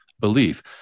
belief